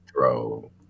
throw